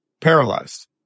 paralyzed